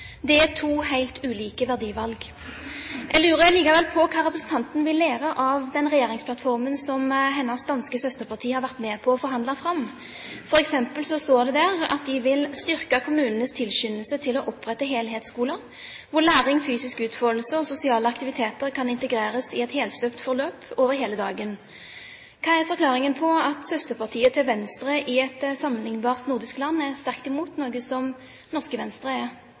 Det er to helt ulike verdivalg. Jeg lurer likevel på hva representanten vil lære av den regjeringsplattformen som hennes danske søsterparti har vært med på å forhandle fram. For eksempel står det der at de vil styrke kommunenes tilskyndelse til å opprette helhetsskoler hvor læring, fysisk utfoldelse og sosiale aktiviteter kan integreres i et helstøpt forløp over hele dagen. Hva er forklaringen på at søsterpartiet til Venstre i et sammenlignbart nordisk land er sterkt for noe som norske Venstre er